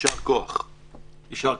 יישר כוח, אדוני.